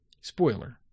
Spoiler